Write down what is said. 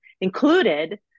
included